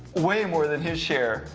way more than his share,